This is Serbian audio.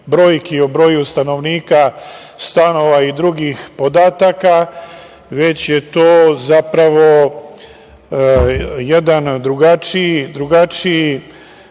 brojki o broju stanovnika, stanova i drugih podataka, već je to zapravo jedan drugačiji